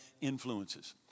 influences